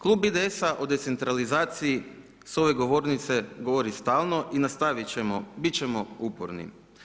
Klub IDS-a o decentralizaciji s ove govornice govori stalno i nastavit ćemo, bit ćemo uporni.